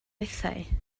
bethau